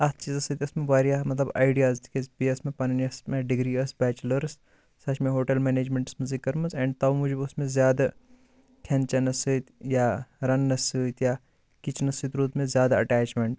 اَتھ چیٖزَس سۭتۍ ٲسۍ مےٚ واریاہ آیڈِیاز تِکیاز بیٚیہِ ٲس پَنٕنۍ یۄس مےٚ ڈِگری ٲس بیچلٲرٕس سۄ چھِ مےٚ ہوٹَل مینیجمینٛٹَس منٛزٕے کٔرمٕژ اینٛڈ تَو موٗجوٗب اوس مےٚ زیادٕ کھٮ۪ن چینَس سۭتۍ یا رَننَس سۭتۍ یا کِچنَس سۭتۍ روٗد مےٚ زیادٕ ایٹیٚچنینٛٹ